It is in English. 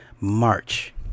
March